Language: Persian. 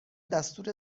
دستور